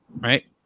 right